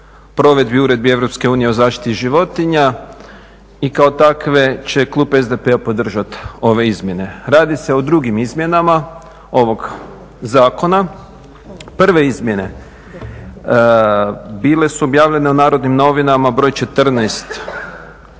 provedbi uredbi EU o zaštiti životinja i kao takve će klub SDP-a podržati ove izmjene. Radi se o drugim izmjenama ovog zakona. Prve izmjene bile su objavljene u Narodnim novinama broj 14.